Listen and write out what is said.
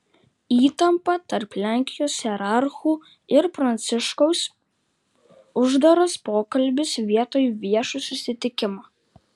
įtampa tarp lenkijos hierarchų ir pranciškaus uždaras pokalbis vietoj viešo susitikimo